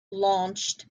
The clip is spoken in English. launched